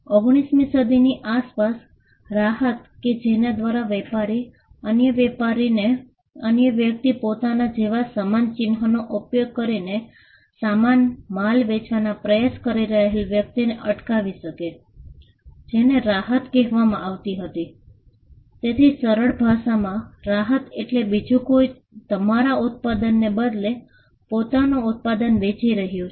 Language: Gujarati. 19 મી સદીની આસપાસ રાહત કે જેના દ્વારા વેપારી અન્ય વ્યક્તિને પોતાના જેવા સમાન ચિહ્નનો ઉપયોગ કરીને સમાન માલ વેચવાના પ્રયાશ કરી રહેલા વ્યક્તિને અટકાવી શકે જેને રાહત કહેવામાં આવી હતી તેથી સરળ ભાષામાં રાહત એટલે બીજું કોઈ તમારા ઉત્પાદનને બદલે પોતાનું ઉત્પાદન વેચી રહ્યું છે